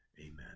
Amen